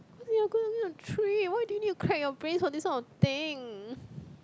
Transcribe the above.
we are going on a trip why do you need to crack your brains on this kind of thing